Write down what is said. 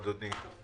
אדוני.